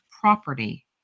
property